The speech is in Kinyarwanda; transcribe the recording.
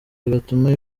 bigatuma